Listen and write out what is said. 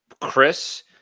Chris